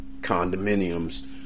condominiums